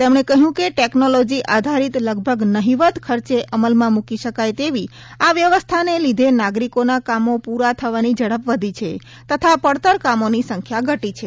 તેમણે કહ્યું કે ટેકનોલોજી આધારિત લગભગ નહીંવત ખર્ચે અમલમાં મૂકી શકાય તેવી આ વ્યવસ્થાના લીધે નાગરિકોના કામો પૂરા થવાની ઝડપ વધી છે તથા પડતર કામોની સંખ્યા ઘટી છે